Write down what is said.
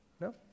No